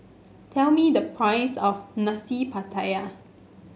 tell me the price of Nasi Pattaya